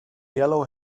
yellow